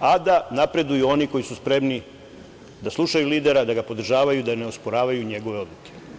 a da napreduju oni koji su spremni da slušaju lidera, da ga podržavaju, da ne osporavaju njegove odluke.